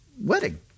wedding